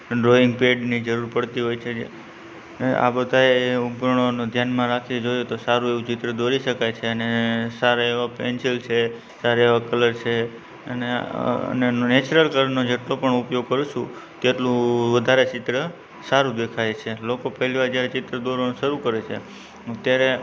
drawing પેડની જરૂર પડતી હોય છે જે આ બધાં જ ઉપકરણોને ધ્યાનમાં રાખી દોરો તો સારું એવું ચિત્ર દોરી શકાય છે અને સારા એવાં પેન્સિલ છે સારા એવો કલર છે અને એનું નેચરલ કલરનો જેટલો પણ ઉપયોગ કરીશું તેટલું વધારે ચિત્ર સારૂં દેખાય છે લોકો પહેલીવાર જયારે ચિત્ર દોરવાનું શરું કરે છે ત્યારે